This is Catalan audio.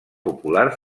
popular